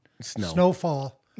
snowfall